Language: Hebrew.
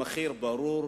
המחיר ברור.